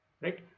right